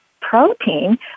protein